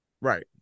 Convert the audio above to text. Right